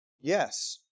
Yes